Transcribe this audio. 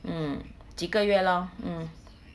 mm 几个月 lor mm